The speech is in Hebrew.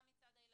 גם מצד הילדים,